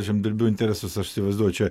žemdirbių interesus aš įsivaizduoju čia